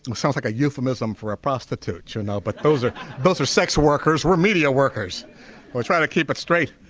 sounds like a euphemism for a prostitute you know but those are those are sex workers were media workers we try to keep it straight